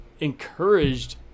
encouraged